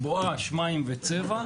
"בואש" מים וצבע,